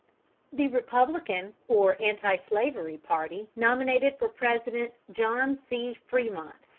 the republican or anti-slavery party nominated for president john c. fremont,